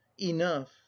enough